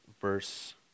verse